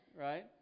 right